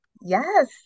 Yes